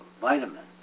vitamin